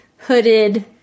hooded